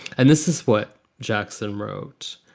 and this is what jackson wrote,